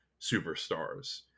superstars